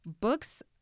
books